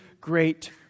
great